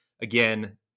Again